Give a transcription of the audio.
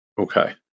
Okay